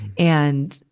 and,